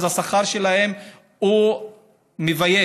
אז השכר שלהם הוא מבייש.